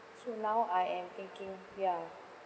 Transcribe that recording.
so now I am thinking ya